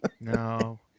No